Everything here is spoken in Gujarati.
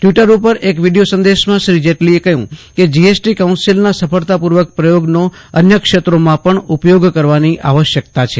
ટ્રવીટર પર વિડિયો સંદેશામાં શ્રી જેટલીએ કહ્યું કે જીએસટી કાઉન્સિલના સફળતાપૂર્વક પ્રયોગનો અન્ય ક્ષેત્રોમાં પણ ઉપયોગ કરવાની આવશ્યકતા છે